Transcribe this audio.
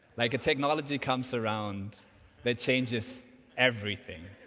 like technology comes around that changes everything